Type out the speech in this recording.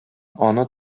аны